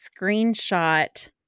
screenshot